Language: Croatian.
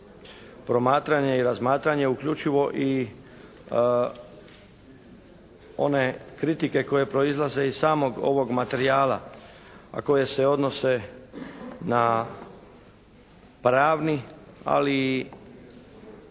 promatranje i razmatranje uključivo i one kritike koje proizlaze iz samog ovog materijala, a koje se odnose na pravni, ali i